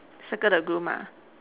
circle the groom ah